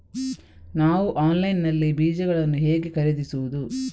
ನಾವು ಆನ್ಲೈನ್ ನಲ್ಲಿ ಬೀಜಗಳನ್ನು ಹೇಗೆ ಖರೀದಿಸುವುದು?